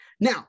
Now